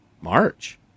March